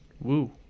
Woo